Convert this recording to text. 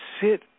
sit